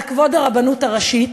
על כבוד הרבנות הראשית.